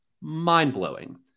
mind-blowing